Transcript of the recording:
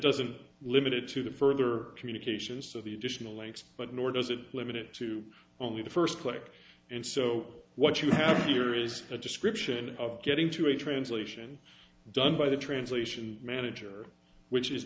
doesn't limit it to the further communications to the additional links but nor does it limited to only the first click and so what you have here is a description of getting to a translation done by the translation manager which is